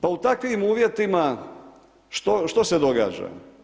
Pa u takvim uvjetima, što se događa?